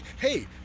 hey